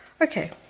Okay